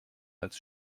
als